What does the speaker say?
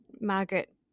margaret